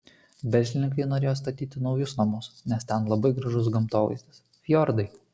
verslininkai norėjo statyti naujus namus nes ten labai gražus gamtovaizdis fjordai